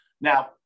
Now